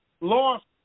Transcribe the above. lost